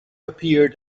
appeared